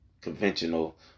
conventional